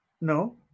No